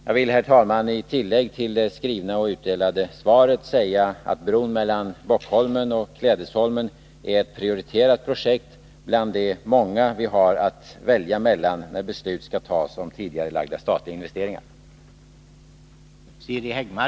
Jag vill sedan, herr talman, som tillägg till det skrivna och utdelade svaret säga att bron mellan Bockholmen och Klädesholmen är ett prioriterat projekt bland de många som vi har att välja mellan när beslut skall tas om tidigareläggning av statliga investeringar.